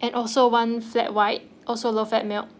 and also one flat white also low fat milk